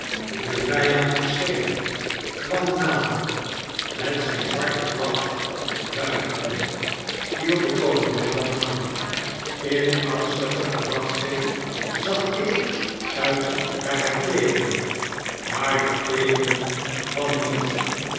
de vyand verscheen kwam nader met zijn zwarte vlag wuivende viel de kolonel aan in angstige verwachting zag ik uit naar het teeken maar dat teeken kwam niet